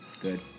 Good